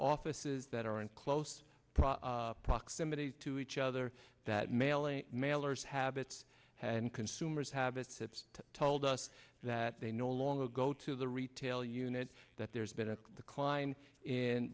offices that are in close proximity to each other that mailing mailers habits and consumers habits have told us that they no longer go to the retail unit that there's been a decline in